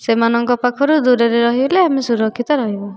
ସେମାନଙ୍କ ପାଖରୁ ଦୂରରେ ରହିଲେ ଆମେ ସୁରକ୍ଷିତ ରହିବୁ